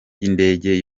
y’indege